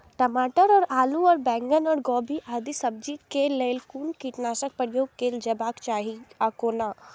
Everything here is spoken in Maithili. टमाटर और आलू और बैंगन और गोभी आदि सब्जी केय लेल कुन कीटनाशक प्रयोग कैल जेबाक चाहि आ कोना?